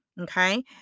okay